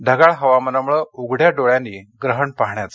ढगाळ हवामानामुळे उघड्या डोळ्यांनी ग्रहण पाहण्याचा